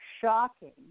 shocking